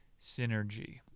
synergy